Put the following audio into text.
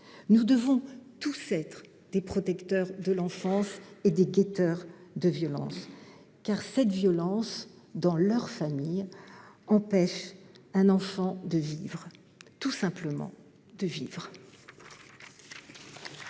Nous devons tous être des protecteurs de l'enfance et des guetteurs de violence. Car cette violence au sein de la famille empêche un enfant, tout simplement, de vivre.